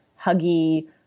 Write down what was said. huggy